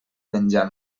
menjar